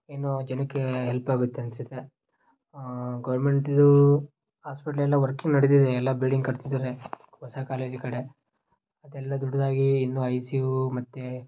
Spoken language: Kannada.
ಇನ್ನು ಜನಕ್ಕೆ ಹೆಲ್ಪಾಗುತ್ತೆ ಅನ್ನಿಸುತ್ತೆ ಗೌರ್ಮೆಂಟಿಂದು ಹಾಸ್ಪೆಟ್ಲೆಲ್ಲ ವರ್ಕಿಂಗ್ ನಡೆದಿದೆ ಎಲ್ಲ ಬಿಲ್ಡಿಂಗ್ ಕಟ್ತಿದ್ದಾರೆ ಹೊಸ ಕಾಲೇಜು ಕಡೆ ಅದೆಲ್ಲ ದೊಡ್ಡದಾಗಿ ಇನ್ನೂ ಐ ಸಿ ಯು ಮತ್ತು